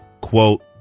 Quote